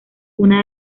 una